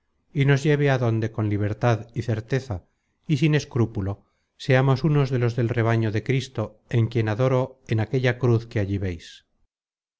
y nos lleve á donde con libertad y certeza y sin escrúpulo seamos unos de los del rebaño de cristo en quien adoro en aquella cruz que allí veis